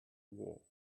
war